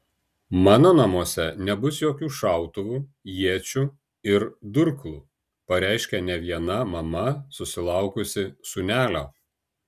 mano namuose nebus jokių šautuvų iečių ir durklų pareiškia ne viena mama susilaukusi sūnelio